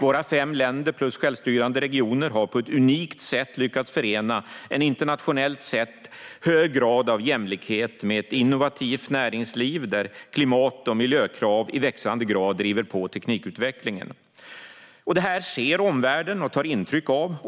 Våra fem länder plus självstyrande regioner har på ett unikt sätt lyckats förena en internationellt sett hög grad av jämlikhet med ett innovativt näringsliv där klimat och miljökrav i växande grad driver på teknikutvecklingen. Det här ser omvärlden och tar intryck av.